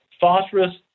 Phosphorus